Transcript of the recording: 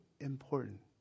important